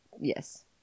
Yes